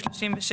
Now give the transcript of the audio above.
לא.